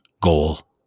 goal